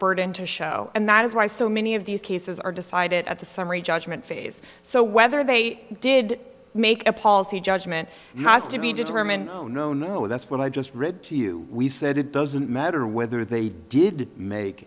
burden to show and that is why so many of these cases are decided at the summary judgment phase so whether they did make a policy judgment has to be determined no no no that's what i just read to you we said it doesn't matter whether they did make